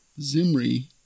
Zimri